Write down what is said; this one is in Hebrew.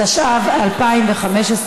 התשע"ו 2015,